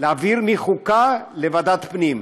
להעביר מחוקה לוועדת הפנים.